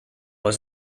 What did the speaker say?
his